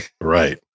Right